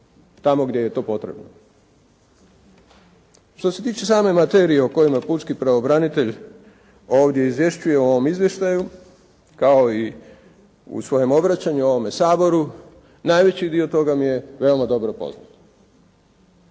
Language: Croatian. tamo gdje je to potrebno. Što se tiče same materije o kojoj pučki pravobranitelj ovdje izvješćuje u ovom izvještaju kao i u svojem obraćanju ovome Saboru, najveći dio toga mi je veoma dobro poznat,